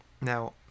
Now